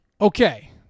Okay